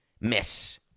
miss